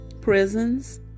prisons